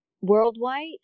Worldwide